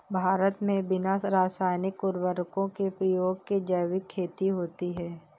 भारत मे बिना रासायनिक उर्वरको के प्रयोग के जैविक खेती होती है